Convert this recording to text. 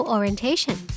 Orientation